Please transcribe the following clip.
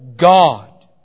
God